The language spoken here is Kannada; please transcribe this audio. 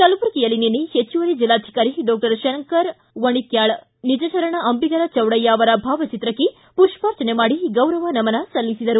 ಕಲಬರುಗಿಯಲ್ಲಿ ನಿನ್ನೆ ಹೆಚ್ಚುವರಿ ಜೆಲ್ಲಾಧಿಕಾರಿ ಡಾಕ್ಷರ್ ಶಂಕರ ವಣಿಕ್ಕಾಳ ನಿಜಶರಣ ಅಂಬಿಗರ ಚೌಡಯ್ದ ಅವರ ಭಾವಚಿತ್ರಕ್ಷೆ ಪುಷ್ಪಾರ್ಚನೆ ಮಾಡಿ ಗೌರವ ನಮನ ಸಲ್ಲಿಸಿದರು